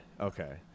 Okay